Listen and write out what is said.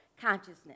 consciousness